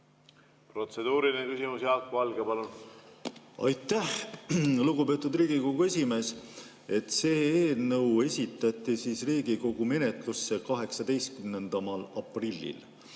Aitäh! Lugupeetud Riigikogu esimees! See eelnõu esitati Riigikogu menetlusse 18. aprillil